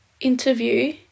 interview